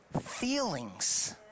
feelings